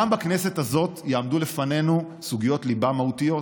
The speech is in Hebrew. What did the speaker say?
גם בכנסת הזאת יעמדו לפנינו סוגיות ליבה מהותיות,